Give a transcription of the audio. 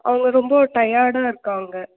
அவங்க ரொம்ப டயர்டா இருக்காங்க